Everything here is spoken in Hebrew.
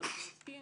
אנו עוסקים